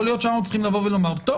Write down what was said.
יכול להיות שהיינו צריכים לבוא ולומר: טוב,